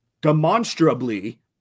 demonstrably